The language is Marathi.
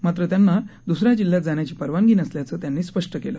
मात्र त्यांना द्रसऱ्या जिल्ह्यात जाण्याची परवानगी नसल्याचे त्यांनी स्पष्ट केले